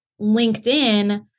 LinkedIn